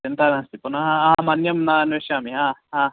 चिन्ता नास्ति पुनः अहम् अन्यं न अन्विष्यामि हा हा